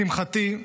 לשמחתי,